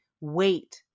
wait